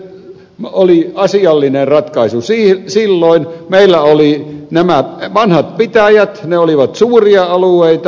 se oli asiallinen ratkaisu silloin meillä oli nämä vanhat pitäjät ne olivat suuria alueita